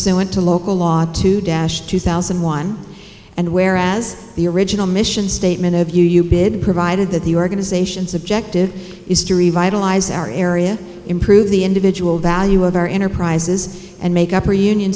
went to local law to dash two thousand one and whereas the original mission statement of you you bid provided that the organizations objective is to revitalize our area improve the individual value of our enterprises and make up our union